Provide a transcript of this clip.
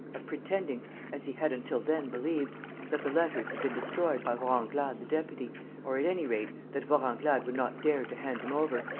of pretending as he had until then believed that the letters had been destroyed by vorenglade the deputy or, at any rate, that vorenglade would not dare to hand them over,